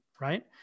right